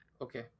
Okay